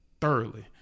Thoroughly